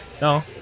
No